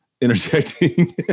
interjecting